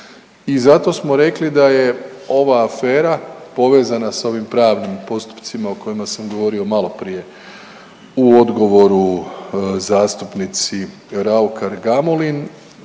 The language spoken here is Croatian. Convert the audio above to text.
I zato smo rekli da je ova afera povezana s ovim pravnim postupcima o kojima sam govorio maloprije u odgovoru zastupnici Raukar Gamulin